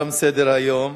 תם סדר-היום.